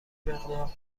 مقدار